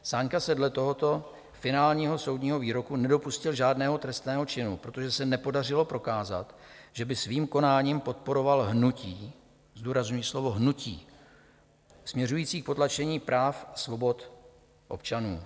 Sáňka se dle tohoto finálního soudního výroku nedopustil žádného trestného činu, protože se nepodařilo prokázat, že by svým konáním podporoval hnutí zdůrazňuji slovo hnutí směřující k potlačení práv a svobod občanů.